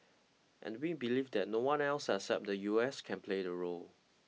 and we believe that no one else except the U S can play the role